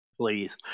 please